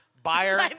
Buyer